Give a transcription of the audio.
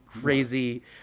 crazy